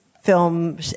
film